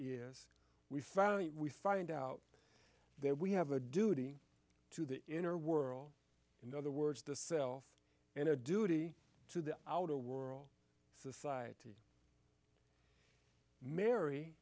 is we finally find out that we have a duty to the inner world in other words the self in a duty to the outer world society mar